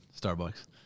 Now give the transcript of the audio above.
Starbucks